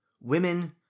Women